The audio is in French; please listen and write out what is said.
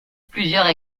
plusieurs